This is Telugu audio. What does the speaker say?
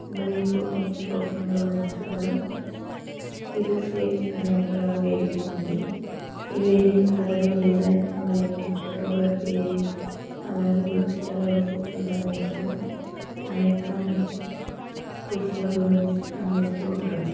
మరి ఇప్పుడు కొన్ని ప్రోగ్రాంల గురించి చూద్దాము స్కిల్ షేర్ అనే ఒక వేదిక ఉంది ఈ వేదిక కళలు డిజైన్ మరియు ఫోటోగ్రఫీ అలాగే వృత్తి కళలకు సంబంధించిన అనేక కోర్సుల గురించి అందిస్తూ ఉంటుంది